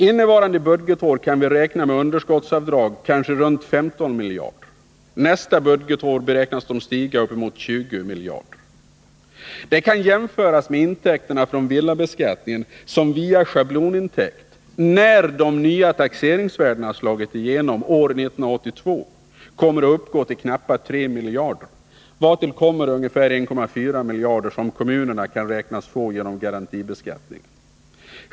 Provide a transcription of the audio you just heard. Innevarande budgetår kan vi räkna med att underskottsavdragen ligger runt 15 miljarder, och nästa år beräknas de stiga till uppemot 20 miljarder. Det kan jämföras med intäkterna från villabeskattningen som via schablonintäkt, när de nya taxeringsvärdena slagit igenom år 1982, kommer att uppgå till knappa 3 miljarder, vartill kommer ungefär 1,4 miljarder som kommunerna beräknas få genom garantibeskattningen av fastigheterna.